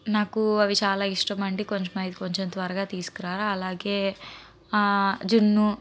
నాకు అవి చాలా ఇష్టం అండి కొంచెం అయి కొంచెం త్వరగా తీసుకురాండి అలాగే జున్ను